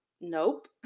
nope